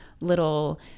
little